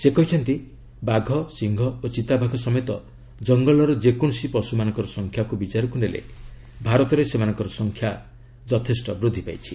ସେ କହିଛନ୍ତି ବାଘ ସିଂହ ଓ ଚିତାବାଘ ସମେତ କଙ୍ଗଲର ଯେକୌଣସି ପଶୁମାନଙ୍କର ସଂଖ୍ୟାକୁ ବିଚାରକୁ ନେଲେ ଭାରତରେ ସେମାନଙ୍କ ସଂଖ୍ୟା ବୃଦ୍ଧି ପାଇଛି